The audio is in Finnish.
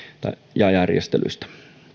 ja järjestelyistä